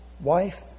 wife